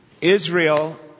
Israel